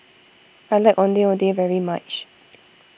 I like Ondeh Ondeh very much